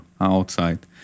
outside